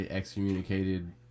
Excommunicated